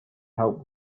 help